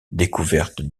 découverte